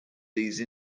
these